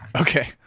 Okay